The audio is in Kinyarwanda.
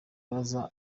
abaza